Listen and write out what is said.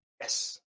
Yes